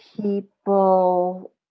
people